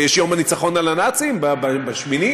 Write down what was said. יש יום הניצחון על הנאצים ב-8.